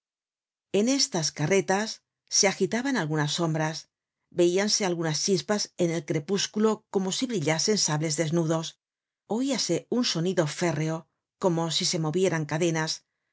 en estas carretas se agitaban algunas sombras veíanse algunas chispas en el crepúsculo como si brillasen sables desnudos oíase un sonido férreo como si se movieran cadenas